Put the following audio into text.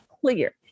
clear